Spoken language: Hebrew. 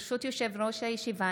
ברשות יושב-ראש הישיבה,